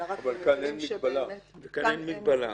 אלא רק במקרים שבאמת --- אבל כאן אין מגבלה.